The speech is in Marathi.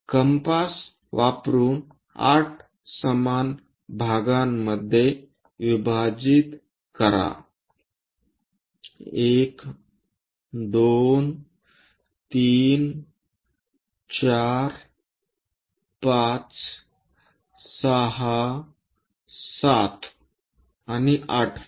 कंपास वापरून 8 समान भागामध्ये विभाजित करा 1 2 3 4 5 6 7 आणि 8 वा